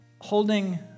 Holding